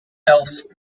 else